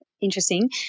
interesting